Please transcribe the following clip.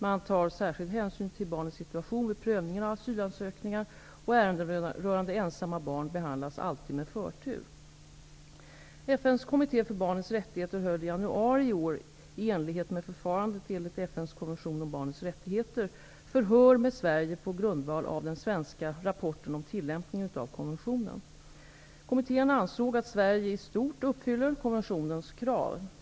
Man tar särskild hänsyn till barnens situation vid prövningen av asylansökningar, och ärenden rörande ensamma barn behandlas alltid med förtur. FN:s kommitté för barnets rättigheter höll i januari i år, i enlighet med förfarandet enligt FN:s konvention om barnets rättigheter, förhör med Sverige på grundval av den svenska rapporten om tillämpningen av konventionen. Kommittén ansåg att Sverige i stort uppfyller konventionens krav.